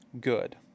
good